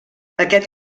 aquest